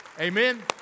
Amen